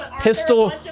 Pistol